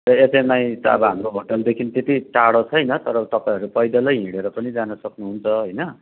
HMI त हाम्रो होटेलदेखि त्यति टाडो छैन तर तपाईँहरू पैदल हिँडेर पनि जान सक्नु हुन्छ होइन